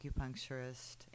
acupuncturist